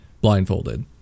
blindfolded